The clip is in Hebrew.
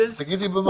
תגידי במה?